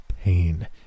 pain